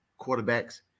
quarterbacks